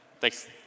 Thanks